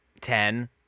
Ten